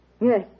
Yes